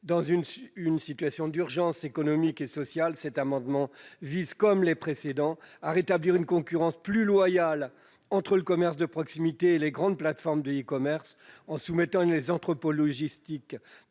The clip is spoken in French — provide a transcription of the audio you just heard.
Dans une situation d'urgence économique et sociale, cet amendement vise, comme les précédents, à rétablir une concurrence plus loyale entre le commerce de proximité et les grandes plateformes de e-commerce, en soumettant les entrepôts logistiques